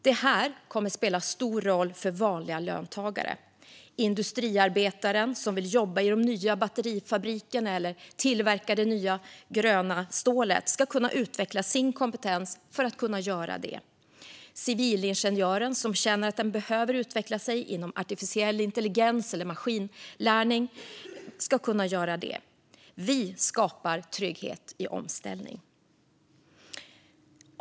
Detta kommer att spela stor roll för vanliga löntagare. Den industriarbetare som vill jobba i de nya batterifabrikerna eller tillverka det nya, gröna stålet ska kunna utveckla sin kompetens för att kunna göra det. Den civilingenjör som känner att den behöver utvecklas inom artificiell intelligens eller maskininlärning ska kunna göra det. Vi skapar trygghet i omställning.